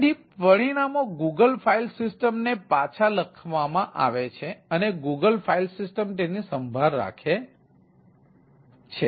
તેથી પરિણામો Google file સિસ્ટમને પાછા લખવામાં આવે છે અને ગૂગલફાઇલ સિસ્ટમ તેની સંભાળ રાખે છે